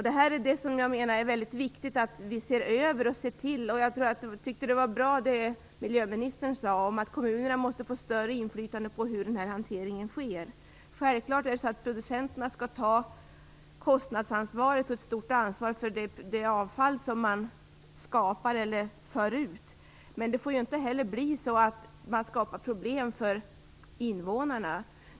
Detta menar jag att det är viktigt att vi ser över. Det som miljöministern sade om att kommunerna måste få större inflytande över hanteringen var bra. Självfallet skall producenterna ta kostnadsansvaret och ett stort ansvar för det avfall som man skapar eller för ut. Men det får ju inte skapa problem för invånarna.